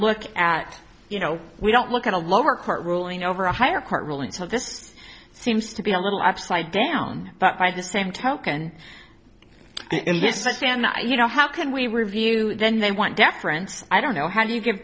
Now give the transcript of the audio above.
look at you know we don't look at a lower court ruling over a higher court ruling took this seems to be a little upside down but by the same token in this but then you know how can we review then they want deference i don't know how do you give